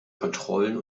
kontrollen